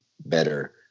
better